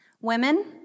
Women